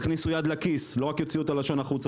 יכניסו יד לכיס לא רק יוציאו את הלשון החוצה,